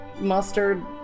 mustard